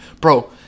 bro